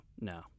no